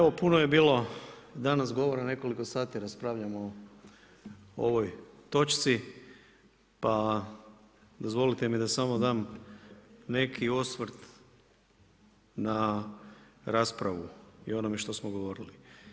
Pa evo puno je bilo danas govora, nekoliko sati raspravljamo o ovoj točci, pa dozvolite mi da samo dam neki osvrt na raspravu i onome što smo govorili.